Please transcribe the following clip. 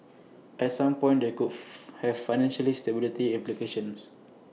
at some point they could have financially stability implications